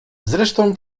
zresztą